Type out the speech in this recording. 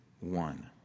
one